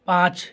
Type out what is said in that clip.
पाँच